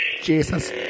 Jesus